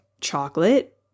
chocolate